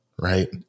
right